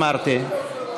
אמרתי.